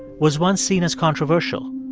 was once seen as controversial.